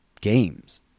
games